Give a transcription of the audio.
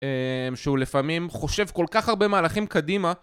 שהוא לפעמים חושב כל כך הרבה מהלכים קדימה